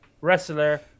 wrestler